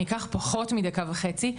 אני אקח פחות מדקה וחצי.